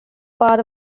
part